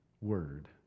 word